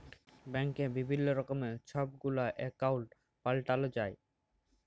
ব্যাংকে বিভিল্ল্য রকমের ছব গুলা একাউল্ট পাল্টাল যায়